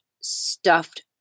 stuffed